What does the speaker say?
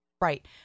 Right